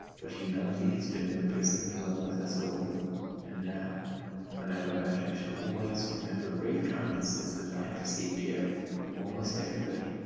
but humanity has been in the prison along with us all, and now when i go out i shall always remember great kindnesses that i have received here from almost everybody,